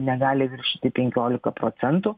negali viršyti penkiolika procentų